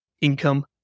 income